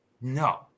No